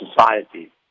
society